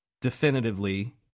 definitively